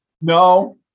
No